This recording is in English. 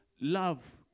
love